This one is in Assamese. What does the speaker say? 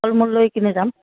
ফল মূল লৈ কিনে যাম